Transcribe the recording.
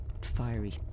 fiery